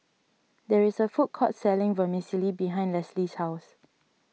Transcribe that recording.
there is a food court selling Vermicelli behind Leslie's house